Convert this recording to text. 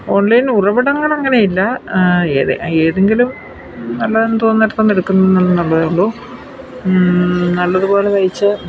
online ഉറവിടങ്ങളങ്ങനെയില്ല ഏതെ ഏതെങ്കിലും നല്ലതെന്ന് തോന്നുന്നയിടത്തു നിന്ന് എടുക്കുന്നുള്ളതേ ഉള്ളു നല്ലതു പോലെ തയ്ച്ച്